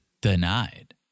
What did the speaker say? denied